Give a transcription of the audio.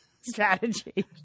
strategy